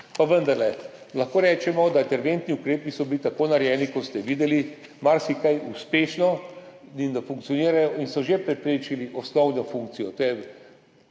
Pa vendarle lahko rečemo, da so bili interventni ukrepi tako narejeni, kot ste videli, marsikaj uspešno, funkcionirajo in so že opravili osnovno funkcijo,